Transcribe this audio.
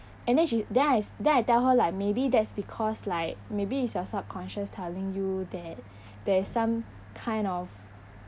and then she then I then I tell her like maybe that's because like maybe it's your subconscious telling you that there is some kind of